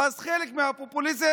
אז כחלק מהפופוליזם,